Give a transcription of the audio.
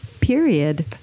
period